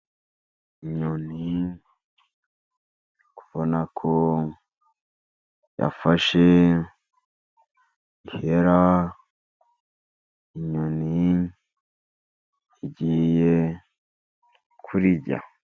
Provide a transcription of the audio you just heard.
Inyoni uri kubona ko yafashe ihera. Inyoni igiye kurirya.